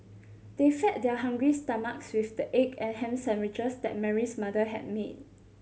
they fed their hungry stomachs with the egg and ham sandwiches that Mary's mother had made